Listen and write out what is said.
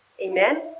Amen